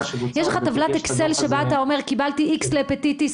יש לך טבלת אקסל שבה אתה אומר שקיבלת X להפטיטיס,